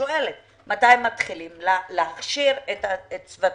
שואלת מתי מתחילים להכשיר מספיק צוותים?